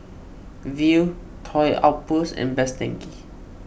Viu Toy Outpost and Best Denki